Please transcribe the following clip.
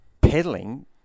pedaling